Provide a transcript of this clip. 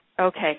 Okay